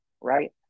right